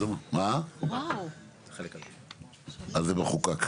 זה חוקק.